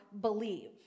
believe